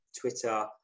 Twitter